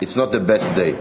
It's not the best day,